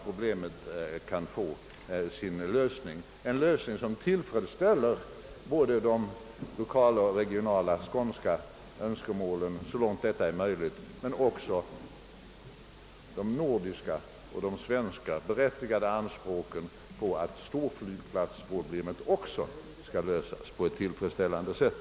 Problemen måste få sin lösning, en lösning som tillfredsställer både de regionala och de lokala skånska önskemålen, så långt det är möjligt, och anspråken från hela Sveriges och hela Nordens sida på en storflygplats.